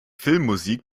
filmmusik